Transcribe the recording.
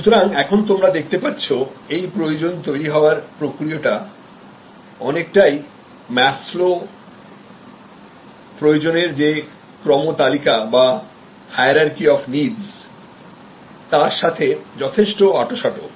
সুতরাং এখন তোমরা দেখতে পাচ্ছ এই প্রয়োজন তৈরি হওয়ার প্রক্রিয়াটা অনেকটাই Maslow র প্রয়োজনের যে ক্রমতালিকা বাhierarchy of needsতার সাথে যথেষ্ট আঁটসাঁট